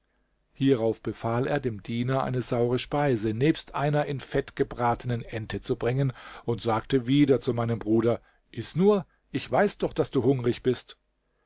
hierauf befahl er dem diener eine saure speise nebst einer in fett gebratenen ente zu bringen und sagte wieder zu meinem bruder iß nur ich weiß doch daß du hungrig bist